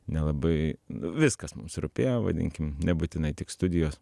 nelabai viskas mums rūpėjo vadinkim nebūtinai tik studijos